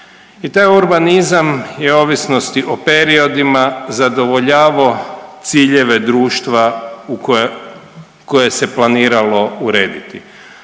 i taj urbanizam je o ovisnosti o periodima zadovoljavao ciljeve društva u koje, koje se planiralo urediti.